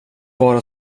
bara